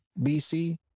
BC